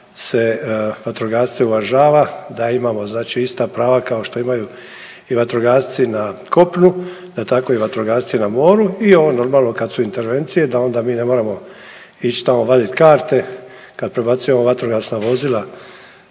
se vatrogasce uvažava, da imamo ista prava kao što imaju i vatrogasci na kopnu da tako i vatrogasci na moru i ovo normalno kad su intervencije da onda mi ne moramo ić tamo vadit karte kad prebacujemo vatrogasna vozila